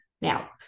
Now